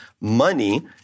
money